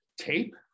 tape